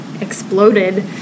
exploded